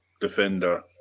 defender